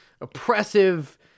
oppressive